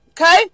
Okay